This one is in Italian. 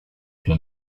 più